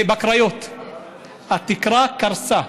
התקרה קרסה,